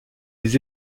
des